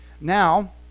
Now